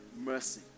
mercy